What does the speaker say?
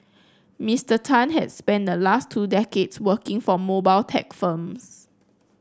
Mister Tan has spent the last two decades working for mobile tech firms